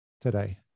today